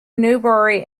newbury